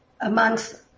amongst